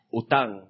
utang